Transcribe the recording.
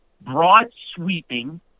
broad-sweeping